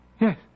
Yes